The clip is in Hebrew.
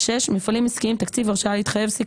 בטור שכותרתו "הרשאה להתחייב".